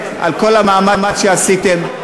וכשהוא מודה לאנשי האוצר אתה צועק לו קריאות ביניים.